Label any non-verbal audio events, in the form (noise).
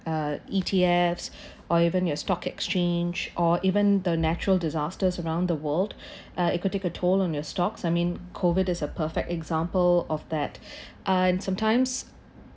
uh E_T_F's or even your stock exchange or even the natural disasters around the world uh it could take a toll on your stocks I mean COVID is a perfect example of that (breath) uh and sometimes